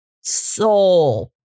soul